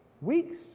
weeks